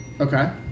Okay